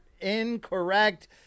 incorrect